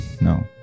No